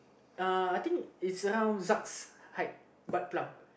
uh I think it's but plump